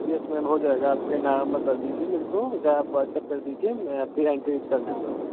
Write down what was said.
yes ma'am हो जायेगा आपके नाम बता दीजिए मेरे को या आप व्हाट्सअप कर दीजिए मैं आपकी यहाँ एंट्रीज कर लेता हूँ